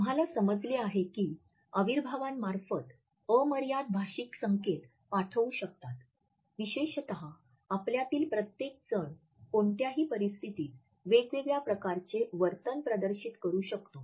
आम्हाला समजले आहे की अविर्भावामार्फत अमर्यादित भाषिक संकेत पाठवू शकतात विशेषत आपल्यातील प्रत्येकजण कोणत्याही परिस्थितीत वेगवेगळ्या प्रकारचे वर्तन प्रदर्शित करू शकतो